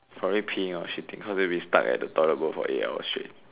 probably peeing or shitting cause he'll be stuck at the toilet bowl for eight hours straight